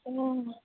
অঁ